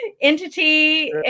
entity